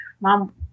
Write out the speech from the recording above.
Mom